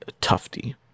Tufty